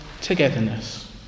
togetherness